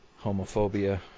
homophobia